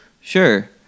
Sure